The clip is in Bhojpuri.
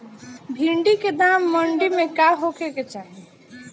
भिन्डी के दाम मंडी मे का होखे के चाही?